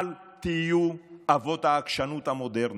אל תהיו אבות העקשנות המודרנית.